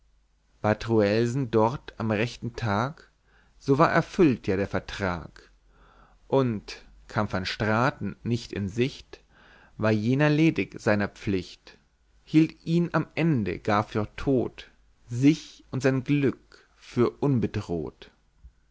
dort am rechten tag so war erfüllt ja der vertrag und kam van straten nicht in sicht war jener ledig seiner pflicht hielt ihn am ende gar für todt sich und sein glück für